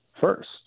first